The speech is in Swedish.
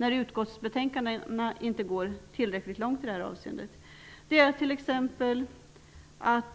När utskottsbetänkandena inte går tillräckligt långt i detta avseende kan man